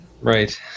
Right